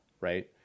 right